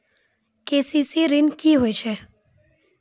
KCC ॠन की होय छै?